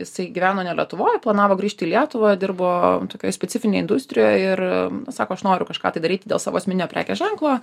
jisai gyveno ne lietuvoj planavo grįžt į lietuvą dirbo tokioj specifinėj industrijoj ir sako aš noriu kažką tai daryti dėl savo asmeninio prekės ženklo